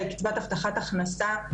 קצבת הבטחת הכנסה,